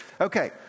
Okay